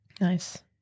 Nice